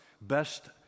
best